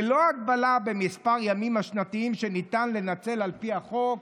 ללא הגבלה במספר הימים השנתיים שניתן לנצל על פי החוק.